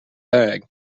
bag